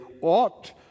ought